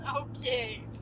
Okay